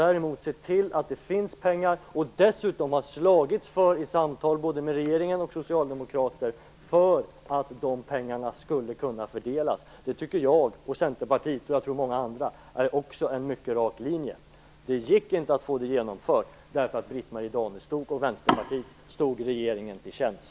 Däremot tycker jag, Centerpartiet och även många andra, tror jag, det är en mycket rak linje att se till att det finns pengar, och dessutom att i samtal både med regeringen och andra socialdemokrater ha slagits för att pengarna skulle kunna fördelas. Men det gick inte att få detta genomfört därför att Britt-Marie Danestig-Olofsson och Vänsterpartiet stod regeringen till tjänst.